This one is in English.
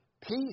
peace